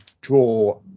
draw